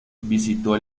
visitó